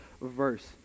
verse